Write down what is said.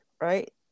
right